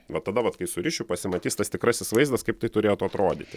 vat tada vat kai surišiu pasimatys tas tikrasis vaizdas kaip tai turėtų atrodyti